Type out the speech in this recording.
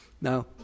Now